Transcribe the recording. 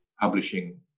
publishing